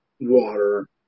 water